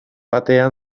batean